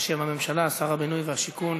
בשם הממשלה שר הבינוי והשיכון